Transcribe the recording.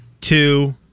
two